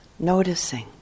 noticing